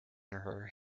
her